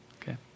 okay